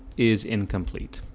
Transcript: is incomplete